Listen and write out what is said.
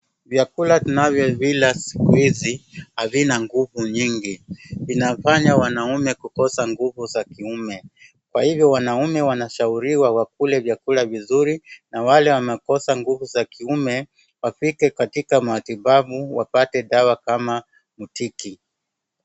Vyakula tunavyo vila siku hizi havina nguvu nyingi vinafanya wanaume kukosa nguvu za kiume. Kwa hivyo wanaume wanashauriwa wakule chakula vizuri na wale wamekosa nguvu za kiume wafike katika watibabu wapate dawa kama mtiki.